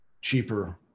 cheaper